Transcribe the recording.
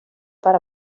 per